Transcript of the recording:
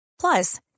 plus